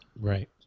Right